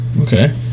okay